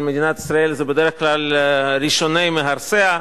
מדינת ישראל זה בדרך כלל ראשוני מהרסיה.